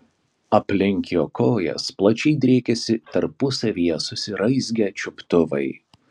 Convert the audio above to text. aplink jo kojas plačiai driekėsi tarpusavyje susiraizgę čiuptuvai